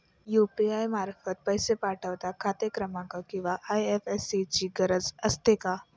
UPI मार्फत पैसे पाठवता खाते क्रमांक किंवा आय.एफ.एस.सी ची गरज असते का?